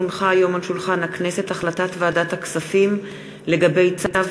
כי הונחה היום על שולחן הכנסת החלטת ועדת הכספים לגבי צו